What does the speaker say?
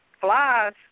Flies